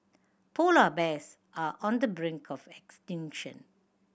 polar bears are on the brink of extinction